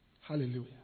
Hallelujah